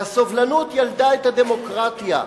והסובלנות ילדה את הדמוקרטיה.